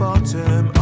Bottom